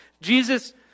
Jesus